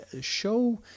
show